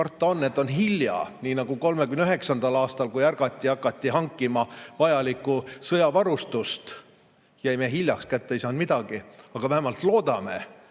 Karta on, et on hilja, nii nagu 1939. aastal, kui ärgati äkki, hakati hankima vajalikku sõjavarustust, aga jäime hiljaks, kätte ei saanud midagi. Aga vähemalt loodame,